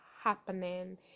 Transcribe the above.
happening